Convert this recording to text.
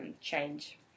change